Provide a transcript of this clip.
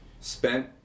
spent